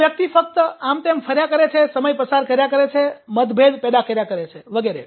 તે વ્યક્તિ ફક્ત આમતેમ ફર્યા કરે છે સમય પસાર કર્યા કરે છે મતભેદ પેદા કર્યા કરે છે વગેરે